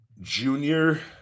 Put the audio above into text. junior